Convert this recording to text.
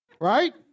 Right